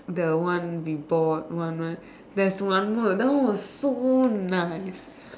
the one we bought one night there's one more that was so nice